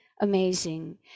amazing